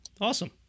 Awesome